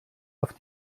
auf